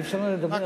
אי-אפשר לדבר.